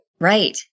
Right